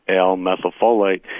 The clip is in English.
L-methylfolate